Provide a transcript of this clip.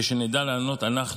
כשנדע לענות אנחנו,